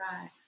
Right